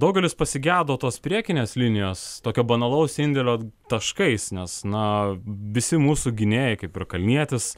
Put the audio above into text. daugelis pasigedo tos priekinės linijos tokio banalaus indėlio taškais nes na visi mūsų gynėjai kaip ir kalnietis